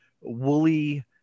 woolly